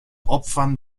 opfern